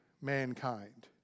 mankind